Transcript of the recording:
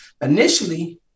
Initially